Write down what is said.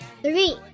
Three